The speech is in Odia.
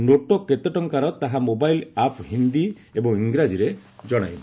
ନୋଟ୍ କେତେ ଟଙ୍କାର ତାହା ମୋବାଇଲ୍ ଆପ୍ ହିନ୍ଦୀ ଏବଂ ଇଂରାଜୀରେ ଜଣାଇବ